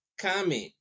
comment